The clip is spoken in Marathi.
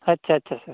अच्छा अच्छा सर